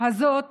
הזאת